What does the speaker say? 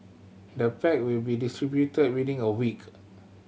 the pack will be distributed within a week